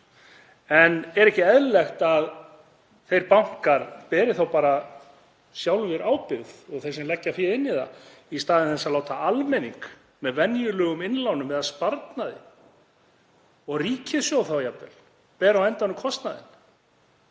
En er ekki eðlilegt að þeir bankar beri þá bara sjálfir ábyrgð og þeir sem leggja fé inn í það í stað þess að láta almenning með venjulegum innlánum eða sparnaði, og ríkissjóð þá jafnvel, bera kostnaðinn